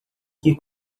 que